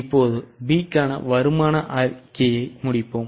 இப்போது B க்கான வருமான அறிக்கையை முடிப்போம்